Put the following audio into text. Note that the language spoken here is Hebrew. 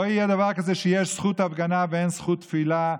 לא יהיה דבר כזה שיש זכות הפגנה ואין זכות תפילה.